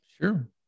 Sure